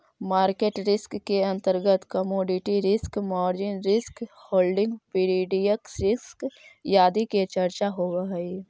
market risk के अंतर्गत commodity risk, margin risk, holding period risk इत्यादि के चर्चा होवऽ हई